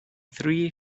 three